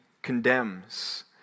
condemns